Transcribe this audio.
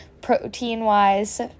protein-wise